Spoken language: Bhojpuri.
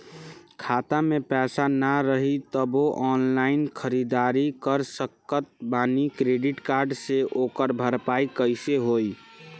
खाता में पैसा ना रही तबों ऑनलाइन ख़रीदारी कर सकत बानी क्रेडिट कार्ड से ओकर भरपाई कइसे होई?